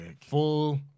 full